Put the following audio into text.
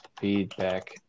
Feedback